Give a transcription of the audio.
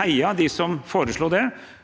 Heia dem som foreslo det,